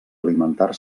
alimentar